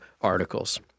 Articles